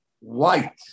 white